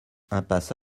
impasse